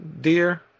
dear